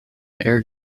air